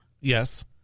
Yes